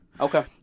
Okay